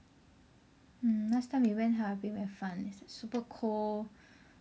mm last time we went 哈尔滨 very fun it's like super cold